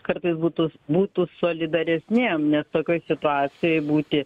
kartais būtų būtų solidaresnėm nes tokioj situacijoj būti